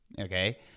Okay